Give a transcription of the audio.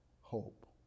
hope